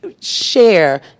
share